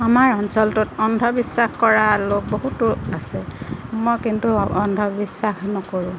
আমাৰ অঞ্চলটোত অন্ধবিশ্বাস কৰা লোক বহুতো আছে মই কিন্তু অন্ধবিশ্বাস নকৰোঁ